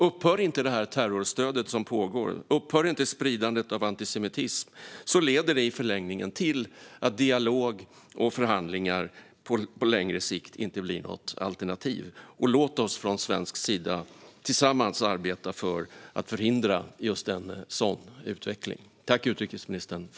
Upphör inte det terrorstöd som pågår och spridandet av antisemitism leder det i förlängningen till att dialog och förhandlingar inte blir något alternativ på längre sikt. Låt oss från svensk sida tillsammans arbeta för att förhindra en sådan utveckling.